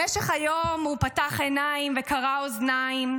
במשך היום פתח עיניים וכרה אוזניים,